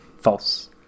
False